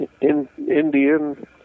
Indian